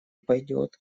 пойдет